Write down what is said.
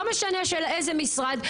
לא משנה של איזה משרד,